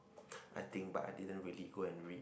I think but I didn't really go and read